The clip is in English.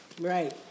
Right